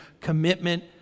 commitment